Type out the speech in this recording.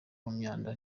myanda